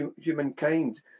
humankind